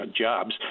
jobs